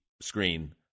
screen